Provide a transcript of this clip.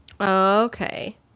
Okay